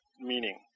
meaning